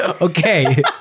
Okay